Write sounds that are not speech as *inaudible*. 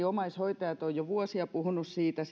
*unintelligible* omaishoitajat ovat jo vuosia puhuneet siitä *unintelligible*